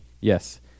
yes